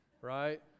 right